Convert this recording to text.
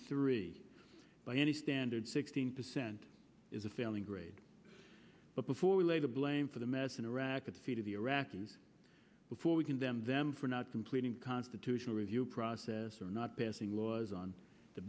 three by any standard sixteen percent is a failing grade but before we lay the blame for the mess in iraq at the feet of the iraqis before we condemn them for not completing constitutional review process or not passing laws on the